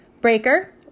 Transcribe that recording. Breaker